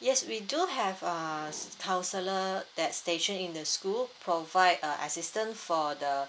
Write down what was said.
yes we do have uh counsellor that station in the school provide uh assistant for the